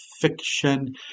fiction